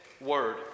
word